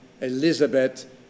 Elizabeth